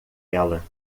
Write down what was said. ela